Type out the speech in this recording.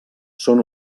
són